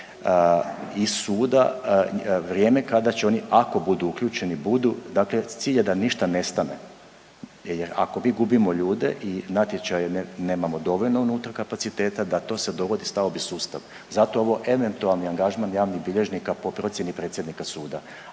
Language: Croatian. i suda, vrijeme kada će oni ako budu uključeni budu. Dakle, cilj je da ništa ne stane. Jer ako mi gubimo ljude i natječaje nemamo dovoljno unutra kapaciteta, da to se dogodi stao bi sustav. Zato ovo eventualni angažman javnih bilježnika po procjeni predsjednika suda,